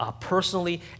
personally